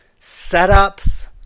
setups